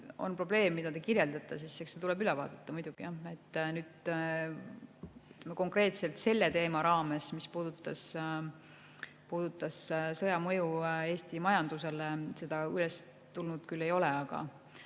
on probleem, mida te kirjeldasite, siis see tuleb üle vaadata. Konkreetselt selle teema raames, mis puudutab sõja mõju Eesti majandusele, seda [küsimust] üles tulnud ei ole. Aga